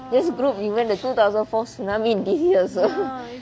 this group even the two thousand four tsunami this year also